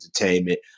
entertainment